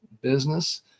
business